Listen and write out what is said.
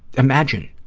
imagine.